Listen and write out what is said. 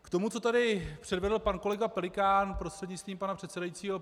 K tomu, co tady předvedl pan kolega Pelikán, prostřednictvím pana předsedajícího.